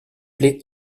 play